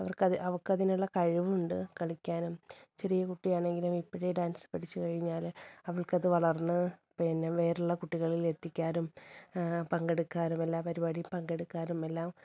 അവള്ക്കതിനുള്ള കഴിവുണ്ട് കളിക്കാനും ചെറിയ കുട്ടിയാണെങ്കിലും ഇപ്പഴേ ഡാൻസ് പഠിച്ചുകഴിഞ്ഞാല് അവൾക്കത് വളർന്നു പിന്നെ വേറെയുള്ള കുട്ടികളിൽ എത്തിക്കാനും പങ്കെടുക്കാനും എല്ലാ പരിപാടിയും പങ്കെടുക്കാനും എല്ലാം